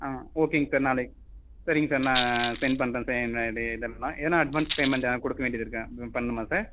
ஆ ஓகேங்க சார் நாளைக்கு சரிங்க சார் நான் செண்ட் பண்ணுறேன் சார் என்னோடய இதெல்லாம் எதனா அட்வான்ஸ் பேமெண்ட் எதனா கொடுக்க வேண்டியது இருக்கா பண்ணணுமா சார்